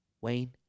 Wayne